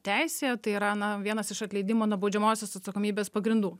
teisėje tai yra na vienas iš atleidimo nuo baudžiamosios atsakomybės pagrindų